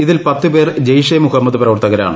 ഇതിൽ പത്ത് പേർ ജയ്ഷെ മുഹമ്മദ് പ്രവർത്തകരാണ്